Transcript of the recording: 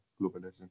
globalization